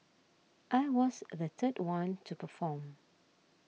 I was the third one to perform